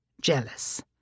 jealous